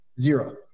Zero